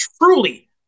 Truly